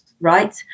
right